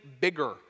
bigger